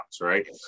Right